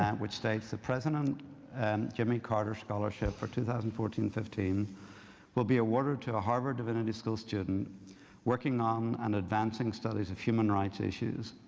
and which states, the president and jimmy carter scholarship for two thousand and fourteen fifteen will be awarded to a harvard divinity school student working on and advancing studies of human rights issues.